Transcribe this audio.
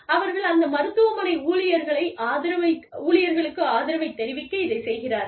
அவர்கள் அந்த மருத்துவமனை ஊழியர்களுக்கு ஆதரவைத் தெரிவிக்க இதை செய்கிறார்கள்